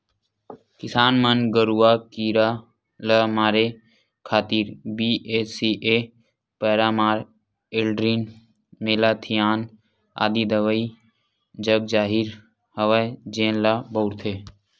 किसान मन गरूआ कीरा ल मारे खातिर बी.एच.सी.ए पैरामार, एल्ड्रीन, मेलाथियान आदि दवई जगजाहिर हवय जेन ल बउरथे